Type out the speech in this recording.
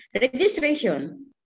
Registration